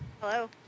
Hello